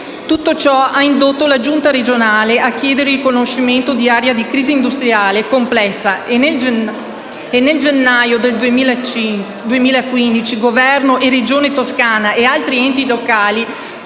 Tutto ciò ha indotto la Giunta regionale a chiedere il riconoscimento di area di crisi industriale complessa e nel gennaio del 2015 Governo, Regione Toscana e altri enti locali